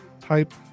type